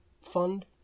fund